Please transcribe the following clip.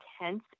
intense